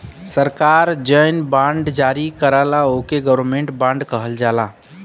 सरकार जौन बॉन्ड जारी करला ओके गवर्नमेंट बॉन्ड कहल जाला